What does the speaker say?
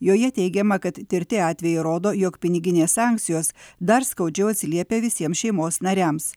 joje teigiama kad tirti atvejai rodo jog piniginės sankcijos dar skaudžiau atsiliepia visiems šeimos nariams